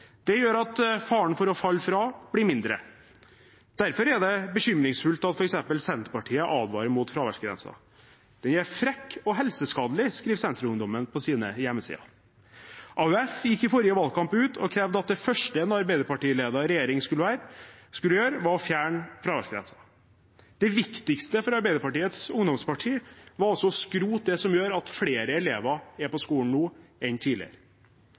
Det gjør at faren for å falle fra blir mindre. Derfor er det bekymringsfullt at f.eks. Senterpartiet advarer mot fraværsgrensen. Den er «frekk og helseskadelig», skriver Senterungdommen på sine hjemmesider. AUF gikk i forrige valgkamp ut og krevde at det første en Arbeiderparti-ledet regjering skulle gjøre, var å fjerne fraværsgrensen. Det viktigste for Arbeiderpartiets ungdomsparti var å skrote det som gjør at flere elever er på skolen nå enn tidligere.